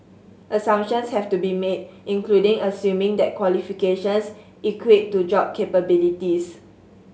assumptions have to be made including assuming that qualifications equate to job capabilities